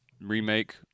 remake